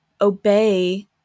obey